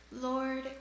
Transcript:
Lord